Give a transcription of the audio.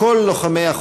הארגון הצבאי הלאומי,